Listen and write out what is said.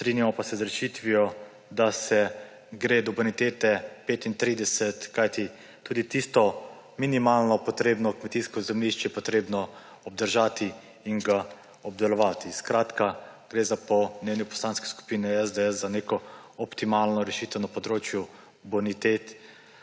strinjamo pa se z rešitvijo, da se gre do bonitete 35, kajti tudi tisto minimalno potrebno kmetijsko zemljišče je treba obdržati in ga obdelovati. Po mnenju Poslanske skupine SDS gre za neko optimalno rešitev na področju bonitet